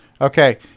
Okay